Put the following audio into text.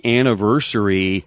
anniversary